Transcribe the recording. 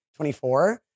24